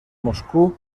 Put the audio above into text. moscú